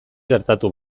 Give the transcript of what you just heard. gertatu